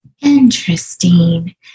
Interesting